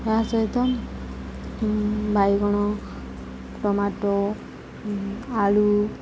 ଏହା ସହିତ ବାଇଗଣ ଟମାଟୋ ଆଳୁ